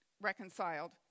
reconciled